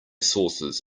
sources